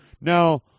Now